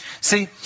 See